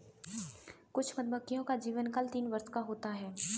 कुछ मधुमक्खियों का जीवनकाल तीन वर्ष का होता है